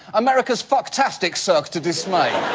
america's fucktastic cirque de dismay.